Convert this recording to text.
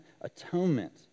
atonement